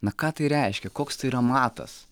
na ką tai reiškia koks tai yra matas